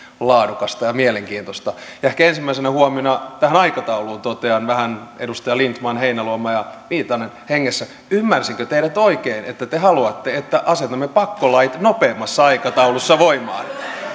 laadukasta ja mielenkiintoista ehkä ensimmäisenä huomiona tähän aikatauluun totean vähän edustajien lindtman heinäluoma ja viitanen hengessä ymmärsinkö teidät oikein että te haluatte että asetamme pakkolait nopeammassa aikataulussa voimaan